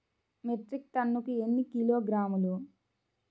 Metric టన్నుకు ఎన్ని కిలోగ్రాములు?